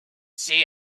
see